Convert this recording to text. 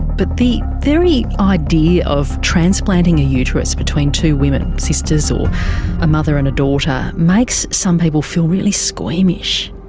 but the very idea of transplanting a uterus between two women, sisters or a mother and daughter, makes some people feel really squeamish.